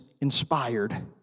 inspired